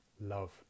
Love